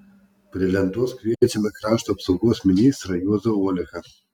prie lentos kviečiame krašto apsaugos ministrą juozą oleką